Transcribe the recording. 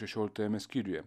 šešioliktajame skyriuje